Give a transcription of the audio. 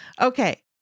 Okay